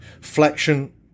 flexion